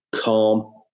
calm